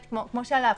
כמו שעלה פה,